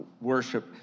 worship